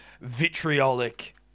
vitriolic